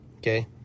Okay